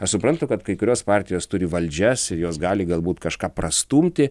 aš suprantu kad kai kurios partijos turi valdžias ir jos gali galbūt kažką prastumti